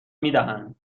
میدهند